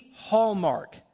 hallmark